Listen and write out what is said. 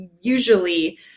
usually